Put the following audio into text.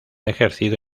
ejercido